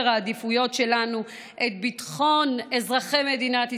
העדיפויות שלנו את ביטחון אזרחי מדינת ישראל,